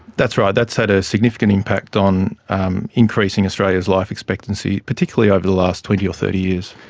that's right, that's had a significant impact on um increasing australia's life expectancy, particularly over the last twenty or thirty years.